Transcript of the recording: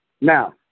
Now